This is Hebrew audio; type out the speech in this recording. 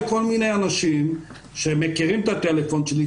כל מיני אנשים שמכירים את הטלפון שלי,